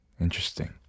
Interesting